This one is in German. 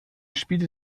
spielte